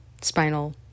spinal